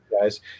guys